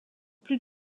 plus